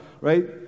right